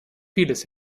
vieles